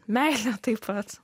meilė taip pat